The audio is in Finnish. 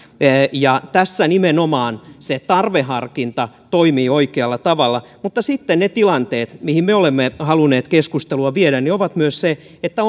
ja tässä se tarveharkinta nimenomaan toimii oikealla tavalla mutta sitten ne tilanteet mihin me olemme halunneet keskustelua viedä ovat myös sellaisia että